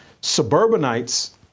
suburbanites